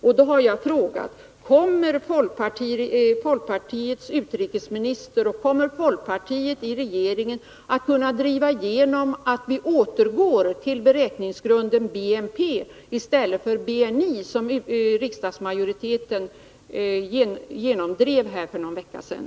Nu frågar jag: Kommer den folkpartistiske utrikesministern och övriga folkpartister i regeringen att kunna driva igenom att vi återgår till beräkningsgrunden BNP i stället för BNI som riksdagsmajoriteten genomdrev här för någon vecka sedan?